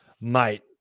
mate